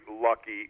lucky